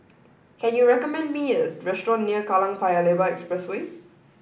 can you recommend me a restaurant near Kallang Paya Lebar Expressway